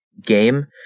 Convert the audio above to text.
game